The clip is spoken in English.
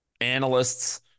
analysts